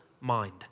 mind